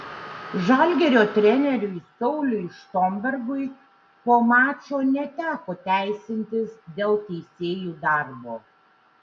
žalgirio treneriui sauliui štombergui po mačo neteko teisintis dėl teisėjų darbo